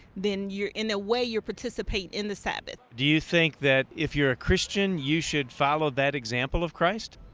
then you're, in a way, you participate in the sabbath. do you think that if you're a christian you should follow that example of christ?